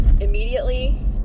immediately